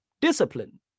Discipline